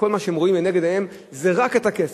שכל מה שהם רואים לנגד עיניהם זה רק את הכסף.